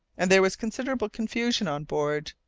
and there was considerable confusion on board.